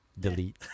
Delete